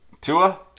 Tua